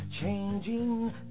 Changing